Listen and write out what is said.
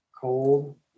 cold